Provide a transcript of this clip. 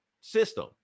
system